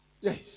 Yes